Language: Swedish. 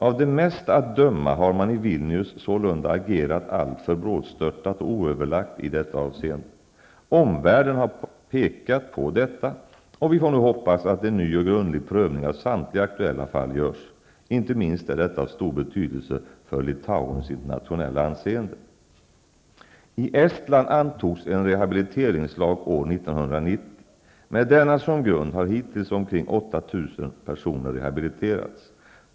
Av det mesta att döma har man i Vilnius sålunda agerat alltför brådstörtat och oöverlagt i detta avseende. Omvärlden har pekat på detta, och vi får nu hoppas att en ny och grundlig prövning av samtliga aktuella fall görs. Inte minst är detta av stor betydelse för Litauens internationella anseende. I Estland antogs en rehabiliteringslag år 1990. Med denna som grund har hittills omkring 8 000 personer rehabiliterats.